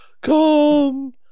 come